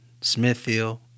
Smithfield